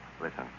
Listen